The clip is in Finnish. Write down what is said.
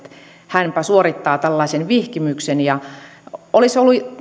hänpä suorittaa tällaisen vihkimyksen olisi ollut